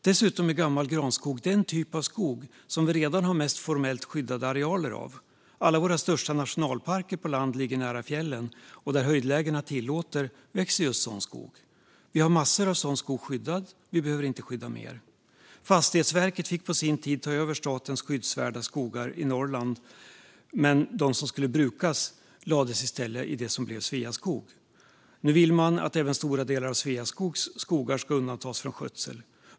Dessutom är gammal granskog den typ av skog som vi redan har mest formellt skyddade arealer av. Alla våra största nationalparker på land ligger i fjällnära områden, och där höjdlägena tillåter växer just sådan skog. Det finns massor av sådan skog som är skyddad, och vi behöver inte skydda mer. Fastighetsverket fick på sin tid ta över statens skyddsvärda skogar i Norrland, medan de som skulle brukas i stället lades i det som blev Sveaskog. Nu vill man att även stora delar av Sveaskogs skogar ska undantas från skötsel.